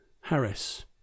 Harris